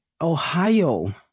Ohio